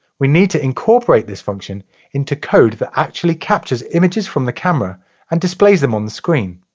we need to incorporate this function into code that actually captures images from the camera and displays them on the screen.